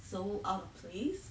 so out of place